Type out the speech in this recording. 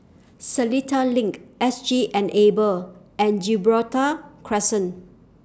Seletar LINK S G Enable and Gibraltar Crescent